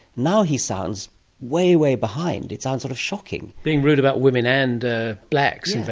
now he sounds way, way behind. it sounds sort of shocking. being rude about women and blacks,